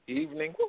evening